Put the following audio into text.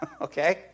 okay